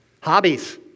Hobbies